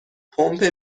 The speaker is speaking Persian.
پمپ